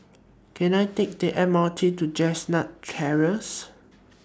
Can I Take The M R T to Chestnut Terrace